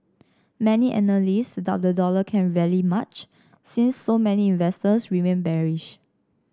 many analysts doubt the dollar can rally much since so many investors remain bearish